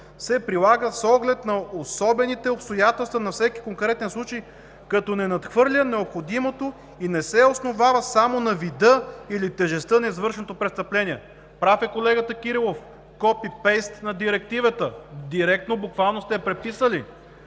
се прилага с оглед на особените обстоятелства на всеки конкретен случай, като не надхвърля необходимото и не се основава само на вида или тежестта на извършеното престъпление. Прав е колегата Кирилов, копи-пейст на Директивата, директно, буквално сте я преписали,